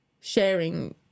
sharing